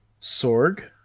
sorg